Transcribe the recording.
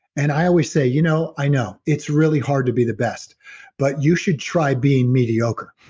and i always say, you know i know it's really hard to be the best but you should try being mediocre.